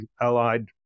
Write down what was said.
allied